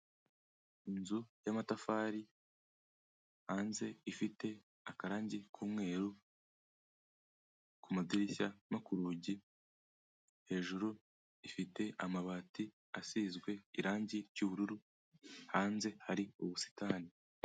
Inzu y'amatafari hanze ifite akarangi k'umweru ku madirishya no ku rugi, hejuru ifite amabati asizwe irangi ry'ubururu, hanze hari ubusitani.